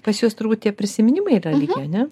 pas juos turbūt tie prisiminimai yra likę ane